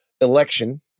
election